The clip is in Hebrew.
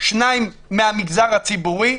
שניים מהמגזר הציבורי,